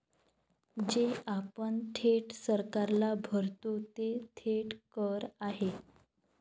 जे आपण थेट सरकारला भरतो ते थेट कर आहेत